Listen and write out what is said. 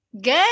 Good